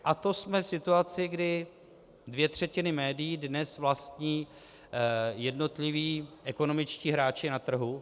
A to jsme v situaci, kdy dvě třetiny médií dnes vlastní jednotliví ekonomičtí hráči na trhu.